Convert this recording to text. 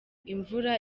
imvura